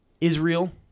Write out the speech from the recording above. Israel